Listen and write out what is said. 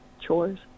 chores